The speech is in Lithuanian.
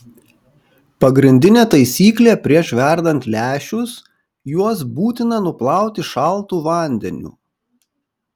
pagrindinė taisyklė prieš verdant lęšius juos būtina nuplauti šaltu vandeniu